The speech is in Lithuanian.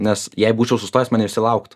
nes jei būčiau sustojęs mane visi lauktų